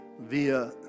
via